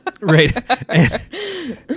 Right